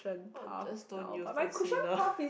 oh just don't use concealer